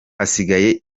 hasigaye